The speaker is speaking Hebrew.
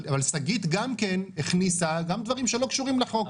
אבל שגית כן הכניסה גם דברים שלא קשורים לחוק,